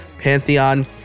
Pantheon